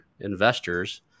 investors